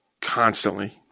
constantly